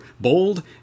bold